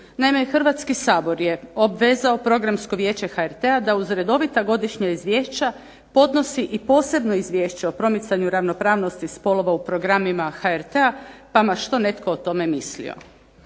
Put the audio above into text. Naime, Hrvatski sabor je obvezao Programsko vijeće HRT-a da uz redovita godišnja izvješća podnosi i posebno izvješće o promicanju ravnopravnosti spolova u programima HRT-a pa ma što netko o tome mislio.